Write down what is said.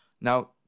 Now